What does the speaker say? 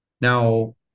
now